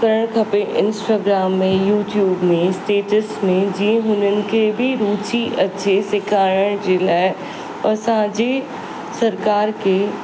करणु खपे इंस्टाग्राम में यूट्यूब में स्टेटस में जीअं हुननि खे बि रुची अचे सिखारण जे लाइ असांजी सरकार खे